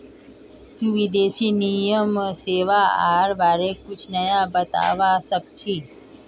तुई विदेशी विनिमय सेवाआर बारे कुछु नया बतावा सक छी